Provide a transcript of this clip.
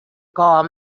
call